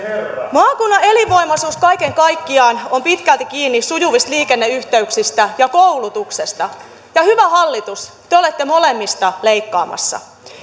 maakunnan elinvoimaisuus kaiken kaikkiaan on pitkälti kiinni sujuvista liikenneyhteyksistä ja koulutuksesta ja hyvä hallitus te te olette molemmista leikkaamassa